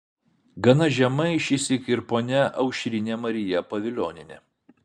gana žemai šįsyk ir ponia aušrinė marija pavilionienė